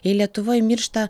jei lietuvoj miršta